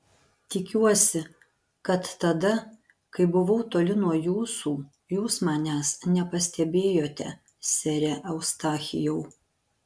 tikiuosi kad tada kai buvau toli nuo jūsų jūs manęs nepastebėjote sere eustachijau